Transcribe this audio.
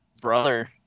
brother